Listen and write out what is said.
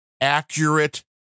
accurate